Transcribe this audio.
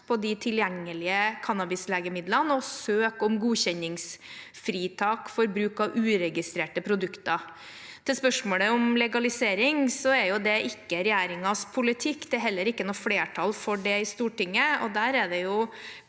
på de tilgjengelige cannabislegemidlene og søke om godkjenningsfritak for bruk av uregistrerte produkter. Til spørsmålet om legalisering, så er ikke det regjeringens politikk. Det er heller ikke noe flertall for det i Stortinget. Der er det god